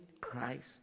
Christ